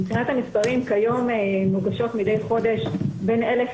מבחינת המספרים כיום מוגשות מידי חודש בין 1,000